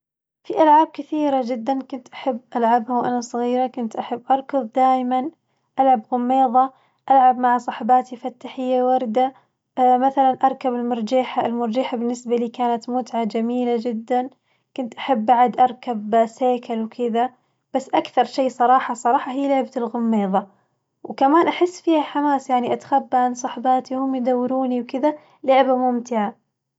في ألعاب كثيرة جداً كنت أحب ألعبها وأنا صغيرة كنت أحب أركظ دايماً، ألعب غميظة ألعب مع صاحباتي فتحي يا وردة مثلاً أركب المرجيحة المرجيحة بالنسبة لي كانت متعة جميلة جداً، كنت أحب بعد أركب سيكل وكذا بس أكثر شي الصراحة الصراحة هي لعبة الغميظة وكمان أحس فيها حماس يعني أتخبى عن صاحباتي وهم يدوروني وكذا لعبة ممتعة.